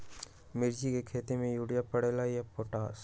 मिर्ची के खेती में यूरिया परेला या पोटाश?